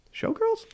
Showgirls